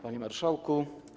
Panie Marszałku!